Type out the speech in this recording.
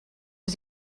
was